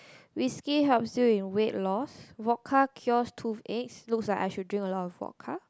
whisky helps you in weight loss vodka cures tooth aches looks like I should drink a lot of vodka